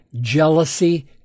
jealousy